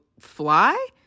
Fly